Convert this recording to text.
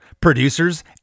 producers